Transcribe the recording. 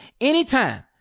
anytime